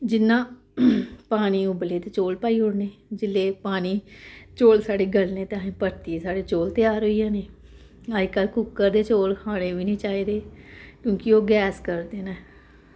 जि'यां पानी उब्बले ते चौल पाई ओड़ने जिसलै पानी चौल साढ़े ग'लने ते असें परतियै साढ़े चौल त्यार होई जाने अजकल्ल कुक्कर ते चौल खाने बी निं चाहिदे क्योंकि ओह् गैस करदे न